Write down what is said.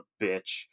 bitch